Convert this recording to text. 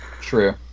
True